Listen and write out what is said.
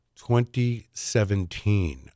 2017